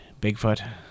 Bigfoot